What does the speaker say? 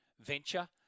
venture